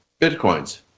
bitcoins